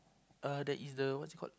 uh that is the what is it called